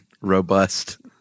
robust